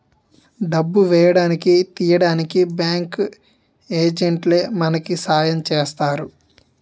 డబ్బు వేయడానికి తీయడానికి బ్యాంకు ఏజెంట్లే మనకి సాయం చేస్తారు